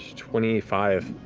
twenty five.